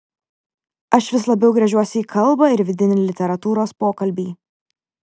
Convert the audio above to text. aš vis labiau gręžiuosi į kalbą ir vidinį literatūros pokalbį